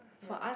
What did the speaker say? ya